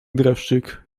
dreszczyk